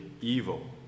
evil